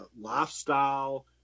lifestyle